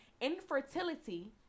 infertility